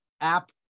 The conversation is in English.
app